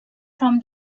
from